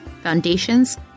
Foundations